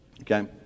okay